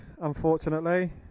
unfortunately